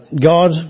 God